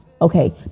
Okay